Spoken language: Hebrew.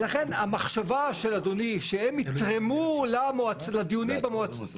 ולכן המחשבה של אדוני שהם יתרמו לדיונים במועצה